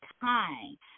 time